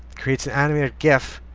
creates an animated gif